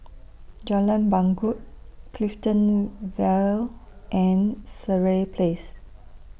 Jalan Bangau Clifton Vale and Sireh Place